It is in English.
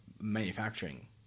manufacturing